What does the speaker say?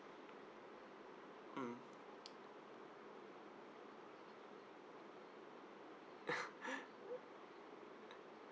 mm